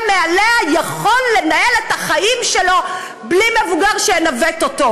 מעליה יכול לנהל את החיים שלו בלי מבוגר שינווט אותו,